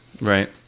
Right